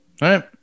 Right